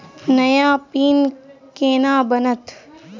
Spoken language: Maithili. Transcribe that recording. नया पिन केना बनत?